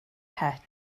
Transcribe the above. het